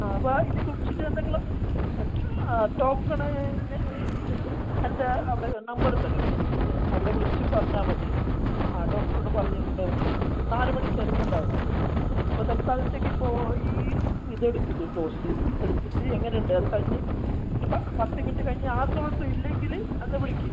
ആ വാ ഇത് കുടിച്ചിട്ട് എന്തെങ്കിലും ടോക്കണ് ഇന്ന് എൻ്റെ അവിടെ നമ്പറ് ഉണ്ടല്ലൊ ക്ലിനിക്കിൻ്റെ അവിടെ വിളിച്ച് പറഞ്ഞാൽ മതി ആ ഡോക്ടറോട് പറഞ്ഞിട്ടുണ്ട് പറഞ്ഞാൽ മതി നാല് മണിക്ക് അതിലുണ്ടാവും ഉള്ളത് അപ്പോൾ തൽക്കാലത്തേക്ക് ഇപ്പോൾ ഈ ഇത് എടുക്ക് ഡോസ് എടുത്തിട്ട് എങ്ങനെ ഉണ്ട് അത് കഴിഞ്ഞ് ഇപ്പം പത്ത് മിനിറ്റ് കഴിഞ്ഞ് ആശ്വാസം ഇല്ലെങ്കിൽ എന്നെ വിളിക്ക്